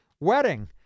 wedding